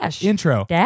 intro